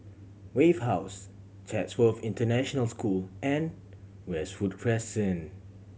Wave House Chatsworth International School and Westwood Crescent